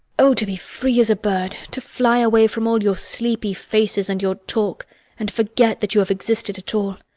oh, to be free as a bird, to fly away from all your sleepy faces and your talk and forget that you have existed at all!